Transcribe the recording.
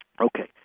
Okay